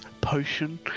potion